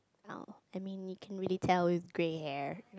oh I mean you can really tell with grey hair